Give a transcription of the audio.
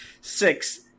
Six